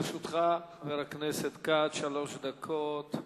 לרשותך שלוש דקות.